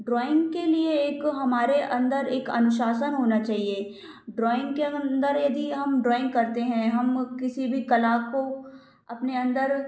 drawing के लिए एक हमारे अंदर एक अनुशासन होना चाहिए ड्राॅइंग के अंदर यदि हम ड्राॅइंग करते हैं हम किसी भी कला को अपने अंदर